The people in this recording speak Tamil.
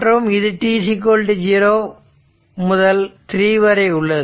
மற்றும் இது t0 முதல் 3 வரை உள்ளது